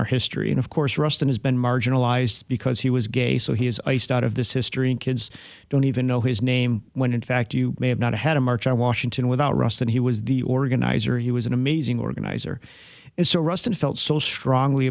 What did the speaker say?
our history and of course for us that has been marginalized because he was gay so he was iced out of this history and kids don't even know his name when in fact you may have not had a march on washington without rust and he was the organizer he was an amazing organizer is so ruston felt so strongly